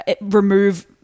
remove –